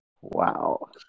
Wow